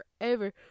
forever